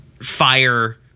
fire